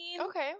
okay